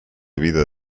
vida